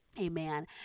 amen